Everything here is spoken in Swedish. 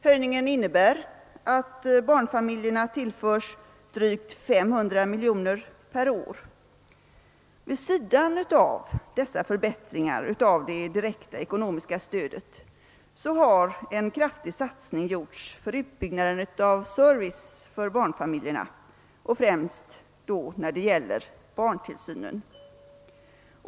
Höjningen innebär att barnfamiljerna tillförs drygt 500 miljoner kronor per år. Vid sidan av dessa förbättringar av det direkta ekonomiska stödet har en kraftig satsning gjorts för utbyggnaden av service för barnfamiljerna, främst när det gäller barntillsynen.